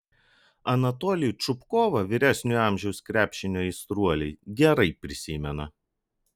anatolijų čupkovą vyresniojo amžiaus krepšinio aistruoliai gerai prisimena